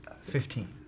Fifteen